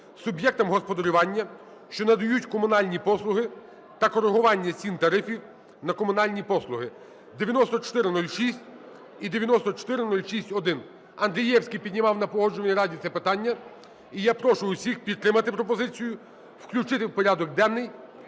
суб'єктам господарювання, що надають комунальні послуги та коригування цін/тарифів на комунальні послуги (9406 і 9406-1). Андрієвський піднімав на Погоджувальній раді це питання, і я прошу усіх підтримати пропозицію включити в порядок денний